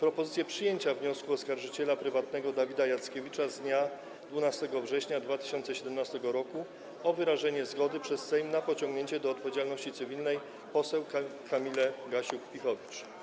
propozycję przyjęcia wniosku oskarżyciela prywatnego Dawida Jackiewicza z dnia 12 września 2017 r. o wyrażenie zgody przez Sejm na pociągnięcie do odpowiedzialności cywilnej poseł Kamili Gasiuk-Pihowicz.